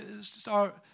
start